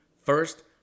first